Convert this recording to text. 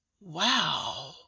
wow